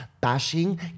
bashing